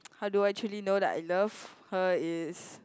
how do I actually know that I love her is